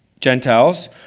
Gentiles